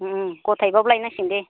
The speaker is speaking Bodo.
गथायैब्लाबो लायनांसिगोन दे